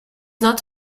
not